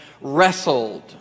wrestled